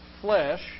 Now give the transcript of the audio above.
flesh